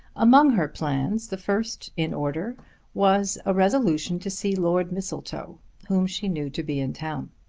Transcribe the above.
among her plans the first in order was a resolution to see lord mistletoe whom she knew to be in town.